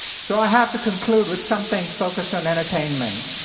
so i have to conclude with something focused on entertainment.